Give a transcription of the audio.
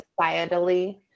societally